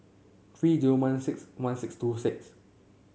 three zero one six one six two six